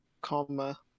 Comma